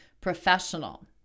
professional